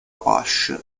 apache